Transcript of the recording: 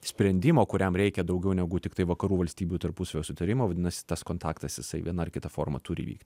sprendimo kuriam reikia daugiau negu tiktai vakarų valstybių tarpusavio sutarimo vadinasi tas kontaktas jisai viena ar kita forma turi įvykti